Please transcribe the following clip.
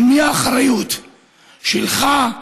של מי האחריות שלך?